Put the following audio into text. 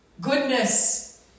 goodness